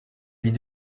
vis